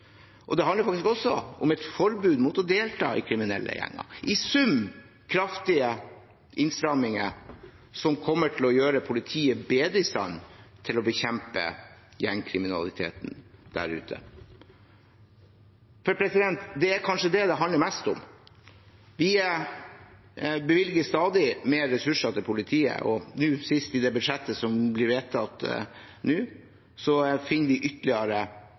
og oppholdsforbud. Det handler faktisk også om et forbud mot å delta i kriminelle gjenger. I sum er dette kraftige innstramminger, som kommer til å gjøre politiet bedre i stand til å bekjempe gjengkriminaliteten der ute. Det er kanskje dette det handler mest om. Vi bevilger stadig mer ressurser til politiet, sist i det budsjettet som nå blir vedtatt. Vi finner ytterligere